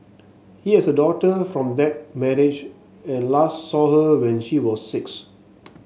he has a daughter from that manage and last saw her when she was six